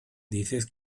dices